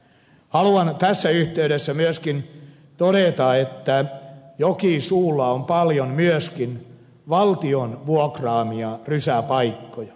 haluan tässä yhteydessä myöskin todeta että jokisuulla on paljon myöskin valtion vuokraamia rysäpaikkoja